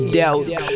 doubt